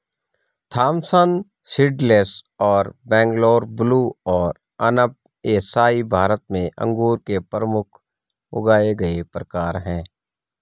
Thompson seedless और Bangalore blue और अनब ए शाही भारत में अंगूर के प्रमुख उगाए गए प्रकार हैं